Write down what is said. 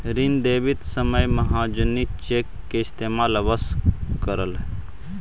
ऋण देवित समय महाजनी चेक के इस्तेमाल अवश्य करऽ